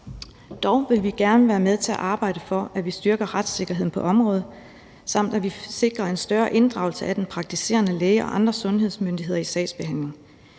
Dog vil vi gerne være med til at arbejde for, at vi styrker retssikkerheden på området, samt at vi sikrer en større inddragelse af den praktiserende læge og andre sundhedsmyndigheder i sagsbehandlingen.